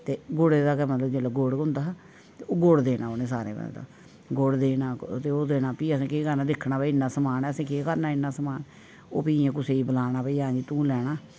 ते गुड़ दा गै मतलब जेल्लै गुड़ होंदा हा ओह् गुड़ देना उ'नें सारें मतलब गुड़ देना ते ओह् करना ते फ्ही असें केह् करना केह् दिक्खना केह् भाई इन्ना समान ऐ फ्ही असें केह् करना इन्ना समान ते ओह् फ्ही भाई कुसै गी बुलाना की तू लैना समान